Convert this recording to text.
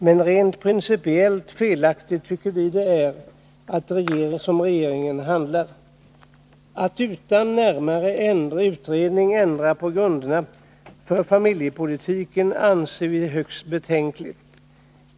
Regeringens handlande i det avseendet tycker vi är principiellt felaktigt. Att utan närmare utredning ändra på grunderna för familjepolitiken anser vi vara högst betänkligt.